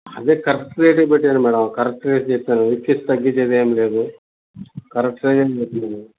అదే కరెక్ట్ రేటే పెట్టాను మేడమ్ కరెక్ట్ రేటు చెప్పాను ఊరికే తగ్గిచేదేం లేదు కరెక్ట్ రేటే చెప్పాను